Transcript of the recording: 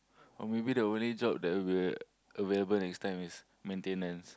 or maybe the only job that will be available next time is maintenance